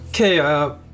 Okay